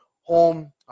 home